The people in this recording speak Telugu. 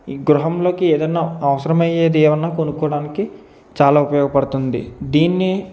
ఈ గృహంలోకి ఏదైనా అవసరమయ్యేది ఏమన్నా కొనుక్కోడానికి చాలా ఉపయోగపడుతుంది దీన్ని